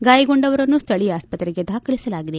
ಗಾಯಗೊಂಡವರನ್ನು ಸ್ವಳೀಯ ಆಸ್ತತೆಗೆ ದಾಖಲಿಸಲಾಗಿದೆ